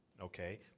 okay